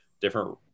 different